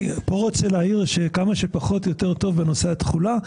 אני פה רוצה להעיר שכמה שפחות יותר טוב בנושא התחולה,